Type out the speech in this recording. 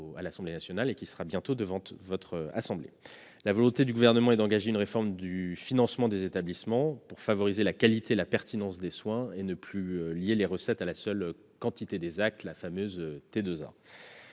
à l'Assemblée nationale et qui sera bientôt examiné devant la Haute Assemblée. La volonté du Gouvernement consiste à engager une réforme du financement des établissements, pour favoriser la qualité et la pertinence des soins et ne plus lier les recettes à la seule quantité d'actes- la fameuse